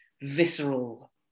visceral